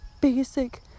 basic